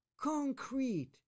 concrete